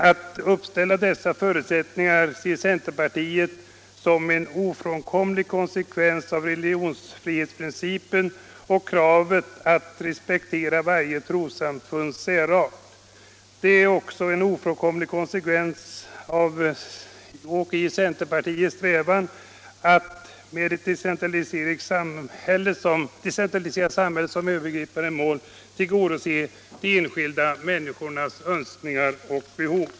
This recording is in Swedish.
Att uppställa dessa förutsättningar ser centerpartiet som en ofrånkomlig konsekvens av religionsfrihetsprincipen och kravet på att varje trossamfunds särart skall respekteras. Det är också en ofrånkomlig konsekvens av centerpartiets strävan att med ett decentraliserat samhälle som övergripande politiskt mål tillgodose de enskilda människornas önskningar och behov.